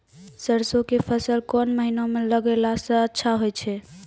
सरसों के फसल कोन महिना म लगैला सऽ अच्छा होय छै?